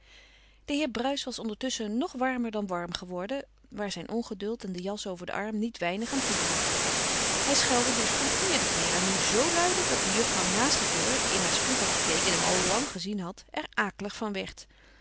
de heer bruis was ondertusschen nog warmer dan warm geworden waar zijn ongeduld en de jas over den arm niet weinig aan toebrachten hij schelde dus voor den vierden keer en nu zoo luide dat de juffrouw naast de deur die in haar spiegeltje keek en hem al lang gezien had er akelig van werd